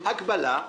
הקבלה: